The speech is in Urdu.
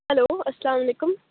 ہلو السّلام علیکم